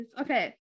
Okay